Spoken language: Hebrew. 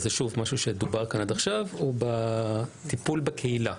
זה משהו שדובר בו כאן עד עכשיו הוא בטיפול בקהילה.